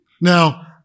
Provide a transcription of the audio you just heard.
Now